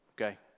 okay